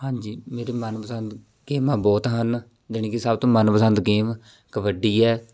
ਹਾਂਜੀ ਮੇਰੇ ਮਨ ਪਸੰਦ ਗੇਮਾਂ ਬਹੁਤ ਹਨ ਯਾਨੀ ਕਿ ਸਭ ਤੋਂ ਮਨ ਪਸੰਦ ਗੇਮ ਕਬੱਡੀ ਹੈ